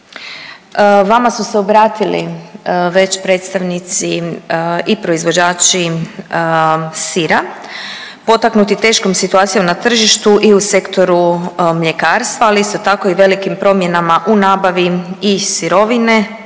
Vama su se obratili već predstavnici i proizvođači sira potaknuti teškom situacijom na tržištu i u sektoru mljekarstva, ali isto tako i velikim promjenama u nabavi i sirovine,